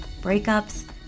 breakups